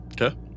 Okay